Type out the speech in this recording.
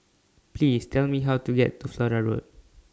Please Tell Me How to get to Flora Road